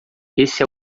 esse